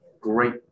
great